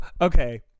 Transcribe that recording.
okay